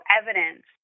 evidence